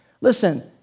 listen